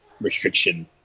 restriction